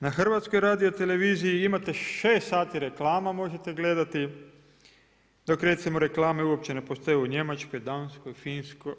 Na HRT-u imate 6 sati reklama možete gledati dok recimo reklame uopće ne postoje u Njemačkoj, Danskoj, Finskoj.